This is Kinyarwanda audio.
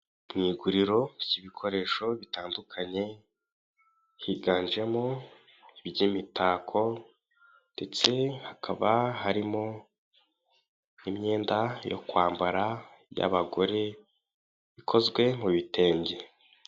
Mu iguriro ry'ibikoresho bitandukanye higanjemo by'imitako, ndetse hakaba harimo imyenda yo kwambara y'abagore ikozwe mu bitenge.